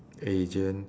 agent